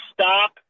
Stop